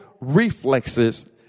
reflexes